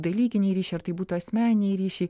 dalykiniai ryšiai ar tai būtų asmeniniai ryšiai